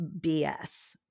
BS